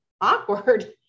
awkward